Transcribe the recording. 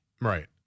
Right